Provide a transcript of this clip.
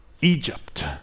Egypt